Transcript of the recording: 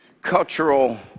cultural